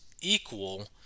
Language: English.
equal